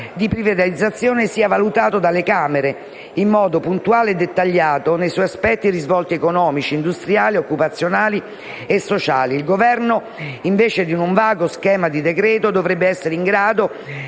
di privatizzazione sia valutato dalle Camere, in modo puntuale e dettagliato, nei suoi aspetti e risvolti economici, industriali, occupazionali e sociali. Il Governo, invece di un vago schema di decreto, dovrebbe essere in grado